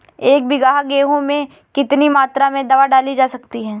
एक बीघा गेहूँ में कितनी मात्रा में दवा डाली जा सकती है?